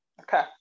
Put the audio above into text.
Okay